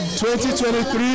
2023